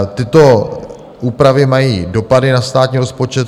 Tyto úpravy mají dopady na státní rozpočet.